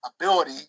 ability